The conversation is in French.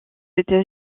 états